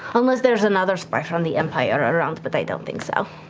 um unless there's another spy from the empire around, but i don't think so.